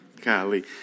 golly